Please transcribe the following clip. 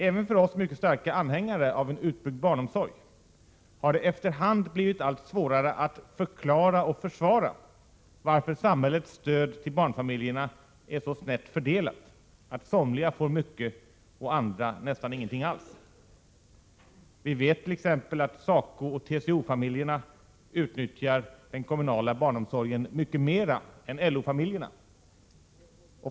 Även för oss som är mycket starka anhängare av en utbyggd barnomsorg har det efter hand blivit svårare att förklara och försvara varför samhällets stöd till barnfamiljerna är så snett fördelat att somliga får mycket medan andra får nästan ingenting alls. Vi vet t.ex. att SACO och TCO-familjerna utnyttjar den kommunala barnomsorgen mycket mer än LO-familjerna.